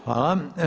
Hvala.